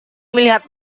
melihat